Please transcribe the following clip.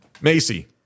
Macy